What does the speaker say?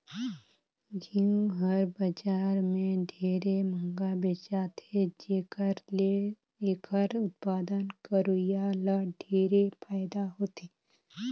घींव हर बजार में ढेरे मंहगा बेचाथे जेखर ले एखर उत्पादन करोइया ल ढेरे फायदा हे